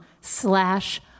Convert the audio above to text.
slash